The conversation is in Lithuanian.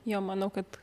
jo manau kad